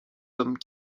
hommes